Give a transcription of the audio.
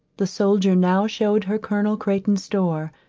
the soldier now shewed her colonel crayton's door,